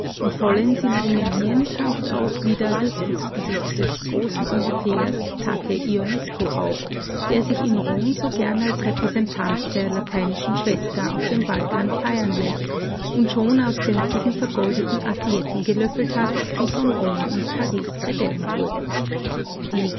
und vollends in rumänien taucht auch jetzt wieder das fuchsgesicht des großen europäers take ionescu auf der sich in rom so gern als repräsentant der lateinischen schwester auf dem balkan feiern läßt und schon aus sämtlichen vergoldeten assietten gelöffelt hat die von rom und paris kredenzt wurden die